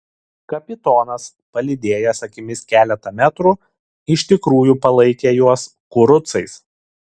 kapitonas palydėjęs akimis keletą metrų iš tikrųjų palaikė juos kurucais